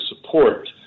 support